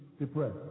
depressed